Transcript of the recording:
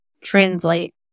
translate